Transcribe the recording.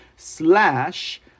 Slash